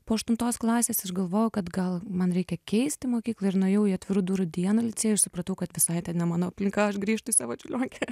po aštuntos klasės aš galvojau kad gal man reikia keisti mokyklą ir nuėjau į atvirų durų dieną licėjuj ir supratau kad visai ten ne mano aplinka aš grįžtu į savo čiurlionkę